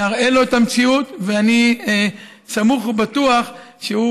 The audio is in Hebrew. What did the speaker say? אני אראה לו את המציאות ואני סמוך ובטוח שהוא